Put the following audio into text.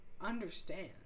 understand